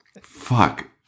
Fuck